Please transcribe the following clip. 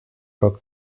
but